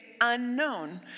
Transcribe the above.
unknown